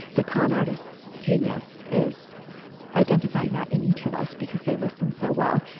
the con artists genius is identifying that in each of us because they listen so well.